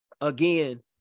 again